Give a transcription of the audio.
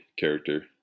character